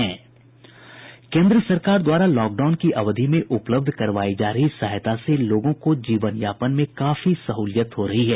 केन्द्र सरकार द्वारा लॉकडाउन की अवधि में उपलब्ध करवायी जा रही सहायता से लोगों को जीवन यापन में काफी सह्लियत हो रही है